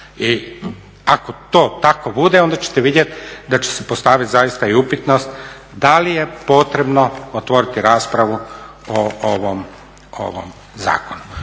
I ako to tako bude onda ćete vidjeti da će se postaviti i upitnost da li je potrebno otvoriti raspravu o ovom zakonu.